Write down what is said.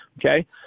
okay